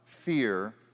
fear